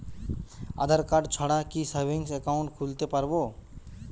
আধারকার্ড ছাড়া কি savings account খুলতে পারব?